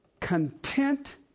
content